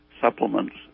supplements